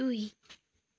दुई